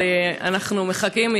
אבל אנחנו מחכים,